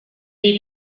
dei